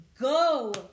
go